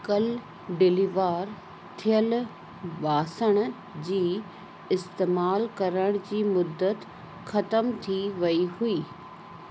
कल्ह डिलीवार थियलु बासण जी इस्तेमाल करण जी मुद्दत ख़तम थी वई हुई